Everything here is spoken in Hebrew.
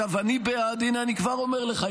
אני כבר אומר לך,